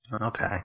Okay